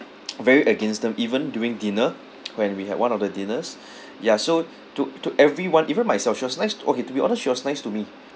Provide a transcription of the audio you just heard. very against them even during dinner when we had one of the dinners ya so to to everyone even myself she was nice to okay to be honest she was nice to me